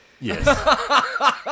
Yes